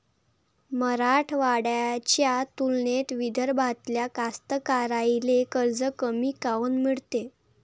मराठवाड्याच्या तुलनेत विदर्भातल्या कास्तकाराइले कर्ज कमी काऊन मिळते?